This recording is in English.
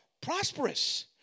prosperous